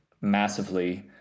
massively